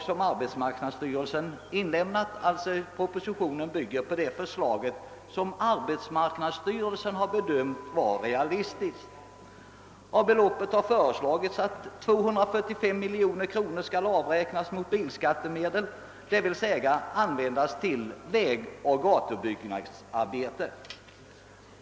Propositionen bygger på det förslag som arbetsmarknadsstyrelsen har inlämnat och som har bedömts vara realistiskt. 245 miljoner kronor härav har föreslagits bli avräknade mot bilskattemedel, d. v. s. användas till vägoch gatubyggnadsarbeten.